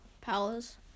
powers